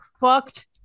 fucked